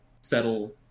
settle